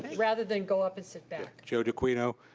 rather than go up and sit back. joe d'aquino,